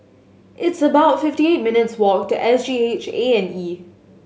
it's about fifty eight minutes' walk to S G H A and E